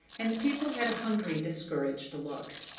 and the people had a hungry, discouraged look.